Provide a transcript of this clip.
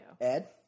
Ed